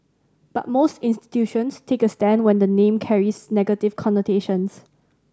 but most institutions take a stand when the name carries negative connotations